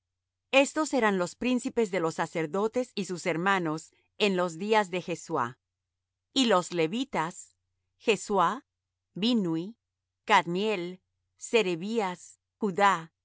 estos eran los príncipes de los sacerdotes y sus hermanos en los días de jesuá y los levitas jesuá binnui cadmiel serebías judá